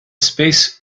space